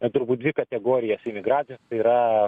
na turbūt dvi kategorijas imigracijos tai yra